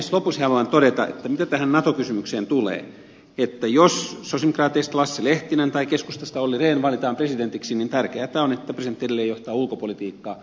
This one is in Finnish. lopuksi haluan todeta mitä tähän nato kysymykseen tulee että jos sosialidemokraateista lasse lehtinen tai keskustasta olli rehn valitaan presidentiksi niin tärkeätä on että presidentti edelleen johtaa ulkopolitiikkaa